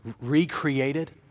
recreated